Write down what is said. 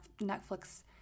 Netflix